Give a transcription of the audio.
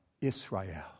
Israel